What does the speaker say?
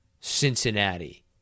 Cincinnati